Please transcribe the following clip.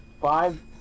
five